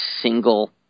single